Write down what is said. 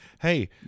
hey